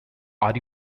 are